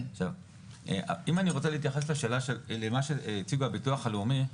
אם אני רוצה להתייחס למה שהציג הביטוח הלאומי,